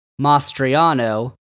Mastriano